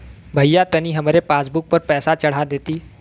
भईया तनि हमरे पासबुक पर पैसा चढ़ा देती